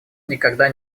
никогда